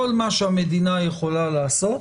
כל מה שהמדינה יכולה לעשות,